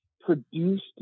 produced